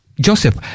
Joseph